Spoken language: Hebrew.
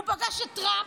הוא פגש את טראמפ,